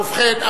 ובכן,